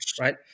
right